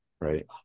right